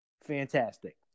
fantastic